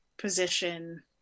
position